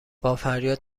بافریاد